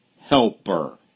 helper